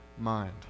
mind